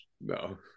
No